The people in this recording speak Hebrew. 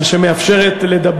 על כך שהיא מאפשרת לדבר,